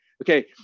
Okay